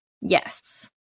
Yes